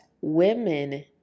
women